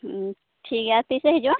ᱦᱮᱸ ᱴᱷᱤᱠ ᱜᱮᱭᱟ ᱛᱤᱥᱮ ᱦᱤᱡᱩᱜᱼᱟ